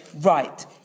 right